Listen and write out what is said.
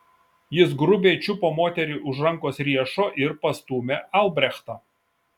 jis grubiai čiupo moterį už rankos riešo ir pastūmė albrechtą